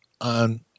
on